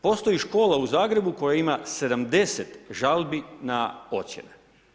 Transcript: Postoji škola u Zagrebu koja ima 70 žalbi na ocjene.